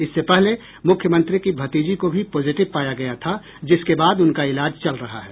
इससे पहले मुख्यमंत्री की भतीजी को भी पॉजिटिव पाया गया था जिसके बाद उनका इलाज चल रहा है